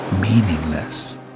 meaningless